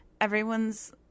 Everyone's